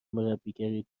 مربیگری